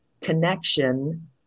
connection